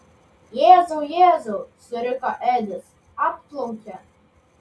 jėzau jėzau suriko edis atplaukia